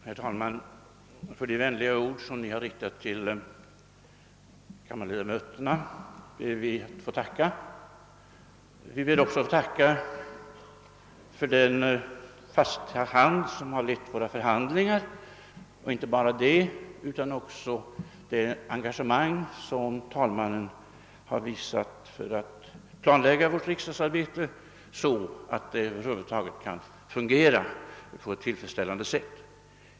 Herr talman! För de vänliga ord som Ni har riktat till kammarledamöterna ber vi att få tacka. Vi vill också tacka för den fasta hand som har lett våra förhandlingar och inte bara det utan också för det engagemang som talmannen har visat för att planlägga vårt riksdagsarbete så att det över huvud taget kan fungera på ett tillfredsställande sätt.